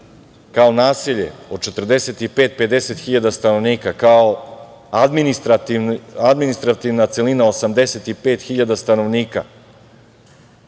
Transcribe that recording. kao naselje od 45, 50 hiljada stanovnika, kao administrativna celina 85 hiljada stanovnika